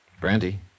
Brandy